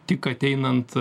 tik ateinant